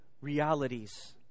realities